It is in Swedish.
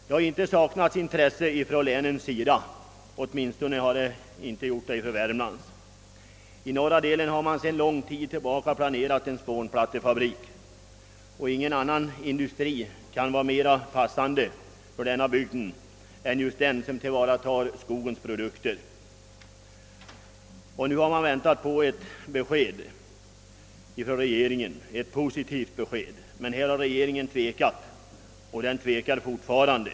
Det har inte saknats intresse hos länen, åtminstone inte i Värmland. I norra delen har man där sedan lång tid planerat en spånplattefabrik. Ingen annan industri kan vara mera passande för denna bygd än en som tillvaratar skogens produkter. Nu har man väntat på ett positivt besked från regeringen, men regeringen har tvekat och tvekar fortfarande.